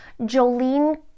Jolene